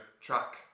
track